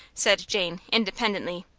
said jane, independently.